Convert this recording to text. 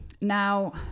Now